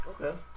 Okay